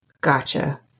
gotcha